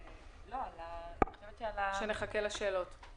לא, אבל אני חושבת שיש פה נושא שאנחנו